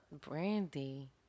Brandy